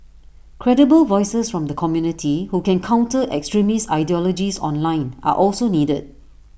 credible voices from the community who can counter extremist ideologies online are also needed